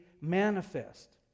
manifest